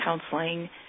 counseling